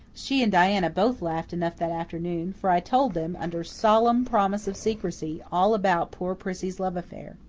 she and diana both laughed enough that afternoon, for i told them, under solemn promise of secrecy, all about poor prissy's love affair.